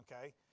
okay